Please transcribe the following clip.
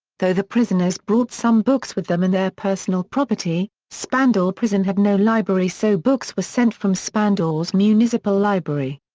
though the prisoners brought some books with them in their personal property, spandau prison had no library so books were sent from spandau's municipal library.